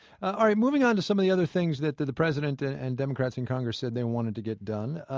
ah moving on to some of the other things that the the president and and democrats in congress said they wanted to get done.